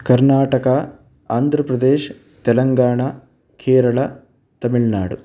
Karnataka Andhra Pradesh Telangana Kerala Tamil Nadu